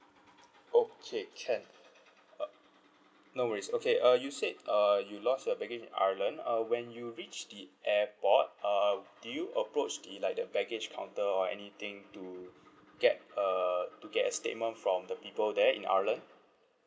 okay can uh no worries okay uh you said uh you lost your baggage in ireland uh when you reach the airport uh did you approach the like the baggage counter or anything to get uh to get a statement from the people there in ireland